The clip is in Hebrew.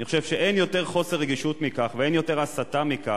אני חושב שאין יותר חוסר רגישות מכך ואין יותר הסתה מכך,